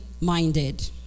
minded